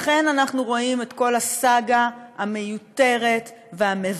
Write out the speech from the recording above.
לכן אנחנו רואים את כל הסאגה, המיותרת והמבזה,